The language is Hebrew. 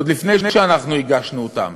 עוד לפני שאנחנו הגשנו אותם